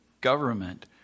government